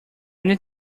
need